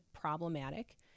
problematic